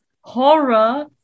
horror